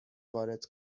وارد